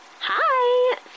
Hi